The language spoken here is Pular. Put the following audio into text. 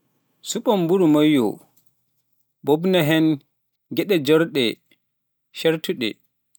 Suɓo mburu moƴƴo, ɓuuɓna heen geɗe joorɗe ceertuɗe.